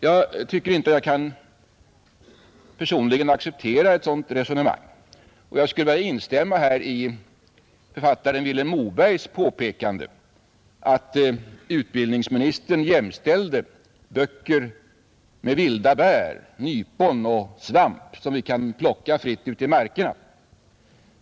Jag kan personligen inte acceptera ett sådant resonemang, och jag skulle vilja instämma i författaren Vilhelm Mobergs påpekande att dåvarande utbildningsministern jämställde böcker med vilda bär, nypon och svamp, som vi kan plocka fritt ute i markerna.